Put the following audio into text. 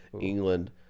England